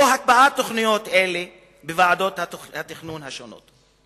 או הקפאת תוכניות אלה בוועדות התכנון השונות.